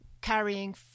carrying